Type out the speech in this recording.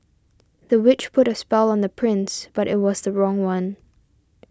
the witch put a spell on the prince but it was the wrong one